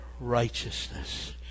righteousness